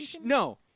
No